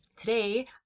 Today